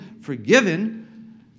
forgiven